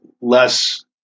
less